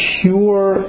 pure